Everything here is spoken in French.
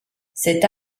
cette